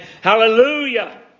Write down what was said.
Hallelujah